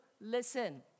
Listen